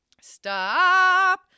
stop